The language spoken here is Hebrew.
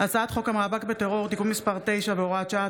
הצעת חוק המאבק בטרור (תיקון מס' 9 והוראת שעה),